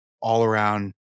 all-around